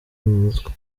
mutwe